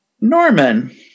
norman